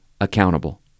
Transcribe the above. accountable